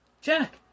Jack